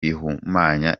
bihumanya